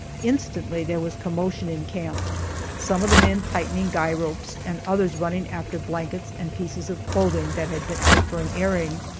instantly there was commotion in camp some of the men tightening guy ropes, and others running after blankets and pieces of clothing that had been out for an airing,